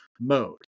mode